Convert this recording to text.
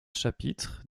chapitres